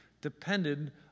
depended